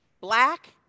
black